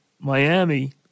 Miami